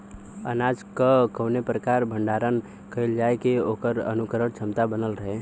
अनाज क कवने प्रकार भण्डारण कइल जाय कि वोकर अंकुरण क्षमता बनल रहे?